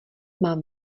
mám